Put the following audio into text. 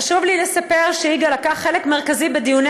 חשוב לי לספר שיגאל לקח חלק מרכזי בדיוני